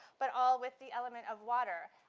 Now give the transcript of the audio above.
but all with the element of water.